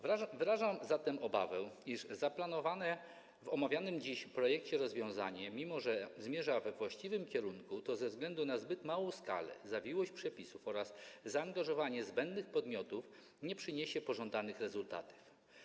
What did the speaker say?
Wyrażam zatem obawę, iż zaplanowane w omawianym dziś projekcie rozwiązanie, mimo że zmierza we właściwych kierunku, ze względu na zbyt małą skalę, zawiłość przepisów oraz zaangażowanie zbędnych podmiotów, nie przyniesienie pożądanych rezultatów.